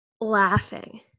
laughing